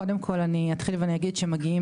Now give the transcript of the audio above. קודם כל אני אתחיל ואני אגיד שמגיעים